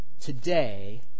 today